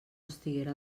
estiguera